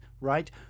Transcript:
right